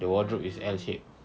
the wardrobe is L shaped